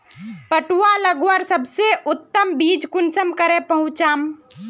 पटुआ लगवार सबसे उत्तम बीज कुंसम करे पहचानूम?